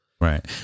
Right